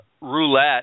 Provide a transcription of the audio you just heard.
roulette